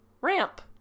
ramp